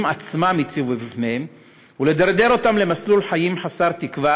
עצמם הציבו בפניהם ולדרדר אותם למסלול חיים חסר תקווה,